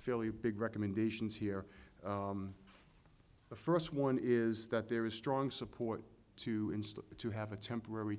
fairly big recommendations here the first one is that there is strong support too to have a temporary